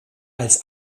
als